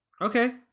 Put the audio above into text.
okay